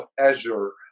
Azure